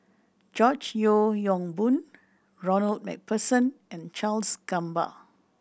George Yeo Yong Boon Ronald Macpherson and Charles Gamba